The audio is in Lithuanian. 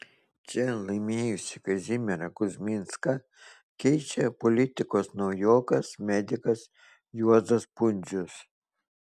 čia laimėjusį kazimierą kuzminską keičia politikos naujokas medikas juozas pundzius